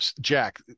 Jack